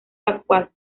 pascual